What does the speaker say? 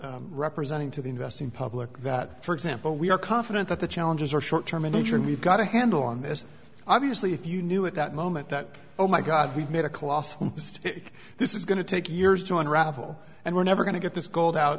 about representing to the investing public that for example we are confident that the challenges are short term in nature and we've got a handle on this obviously if you knew at that moment that oh my god we've made a colossal this is going to take years to unravel and we're never going to get this gold out